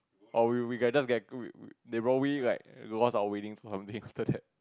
oh we we we could have just get they roll we like lost our winnings or something after that